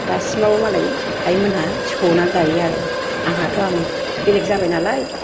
दासिमाव मालाय आइमोनहा सौनानै जायो आरो आंहाथ' आं बेलेग जाबाय नालाय